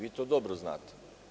Vi to dobro znate.